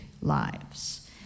lives